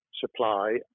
supply